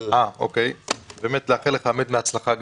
-- באמת לאחל לך הצלחה גדולה.